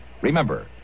Remember